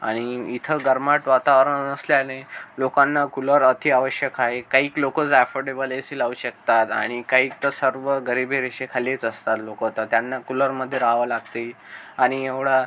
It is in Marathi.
आणि इथं गरमाहट वातावरण असल्याने लोकांना कूलर अति आवश्यक आहे काही लोकंच अॅफोर्डेबल ए सी लावू शकतात आणि काही तर सर्व गरिबी रेषेखालीच असतात लोकं तर त्यांना कुलरमध्ये रहावं लागते आणि एवढा